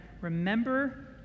Remember